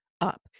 up